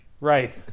Right